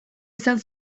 izan